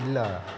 ಇಲ್ಲ